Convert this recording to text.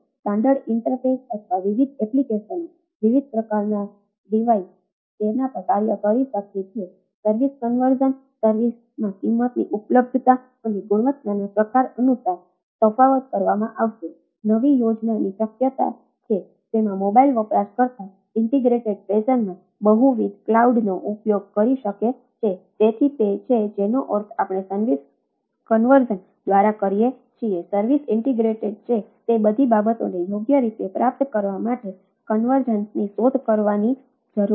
standard છે કે તે બધી બાબતોને યોગ્ય રીતે પ્રાપ્ત કરવા માટે કન્વર્જન્સની શોધ કરવાની જરૂર છે